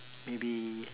maybe